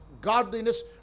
godliness